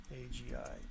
agi